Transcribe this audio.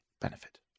benefit